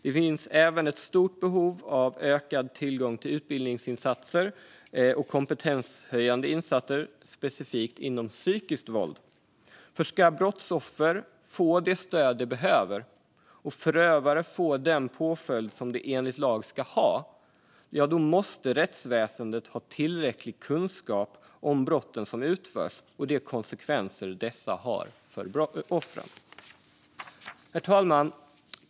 Det finns även ett stort behov av ökad tillgång till specifika utbildningsinsatser och kompetenshöjande insatser när det gäller psykiskt våld, för ska brottsoffer få det stöd de behöver och förövare få den påföljd de enligt lag ska ha måste rättsväsendet ha tillräcklig kunskap om brotten som begås och de konsekvenser de får för offren. Herr talman!